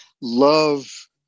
love